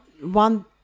one